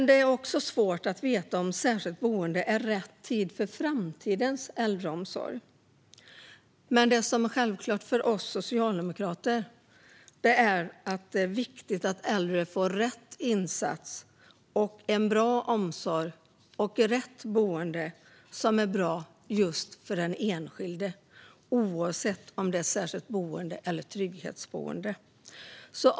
Det är svårt att veta om särskilda boenden är rätt för framtidens äldreomsorg, men det som är självklart för oss socialdemokrater är att det är viktigt att äldre får rätt insats, en bra omsorg och ett boende som är bra för den enskilde, oavsett om det är ett särskilt boende eller ett trygghetsboende.